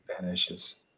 vanishes